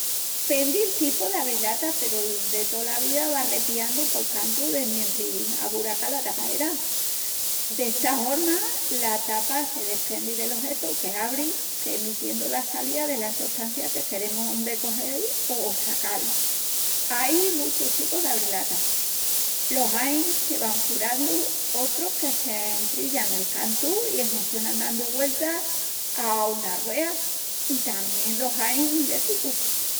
Pendi'l tipu d'abrilatas peru'l de tola vida va repiandu pol cantu de mentris aburaca la tapaera. D'esta horma la tapa se desprendi del ojetu que abri, premitiendu la salía dela sostancia que queremus de cogel o sacal. Ai muchus tipus d'abrilatas, los ain que van furandu, otrus que s'entrillan nel cantu i enhuncionan dandu-li güeltas a una ruea i tamién los ain létricus.